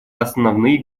основные